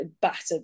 battered